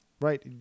right